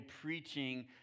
preaching